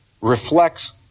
reflects